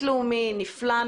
הבאים.